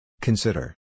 Consider